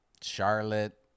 charlotte